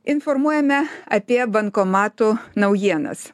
informuojame apie bankomatų naujienas